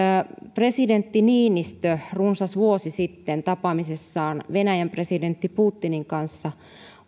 presidentti niinistö runsas vuosi sitten tapaamisessaan venäjän presidentti putinin kanssa